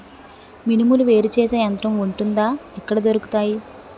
మినుములు వేరు చేసే యంత్రం వుంటుందా? ఎక్కడ దొరుకుతాయి?